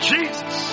Jesus